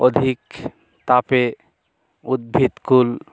অধিক তাপে উদ্ভিদকুল